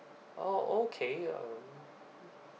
oh okay um